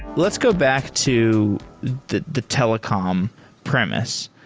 let's go back to the the telecom premise.